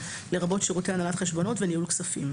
לרבות שירותי הנהלת חשבונות וניהול כספים."